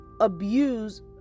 abuse